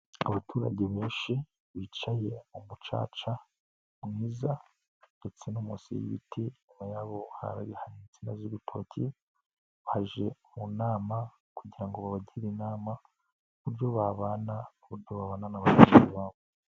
Abaturage benshi bicaye mu mucaca mwiza ndetse no munsisi y'ibiti, inyuma yabo hari insina z'urutoki baje mu nama kugira ngo babagire inama ku buryo babana, uburyo babana na bagenzi babo.